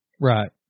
Right